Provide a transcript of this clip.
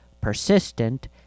persistent